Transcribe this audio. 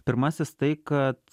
pirmasis tai kad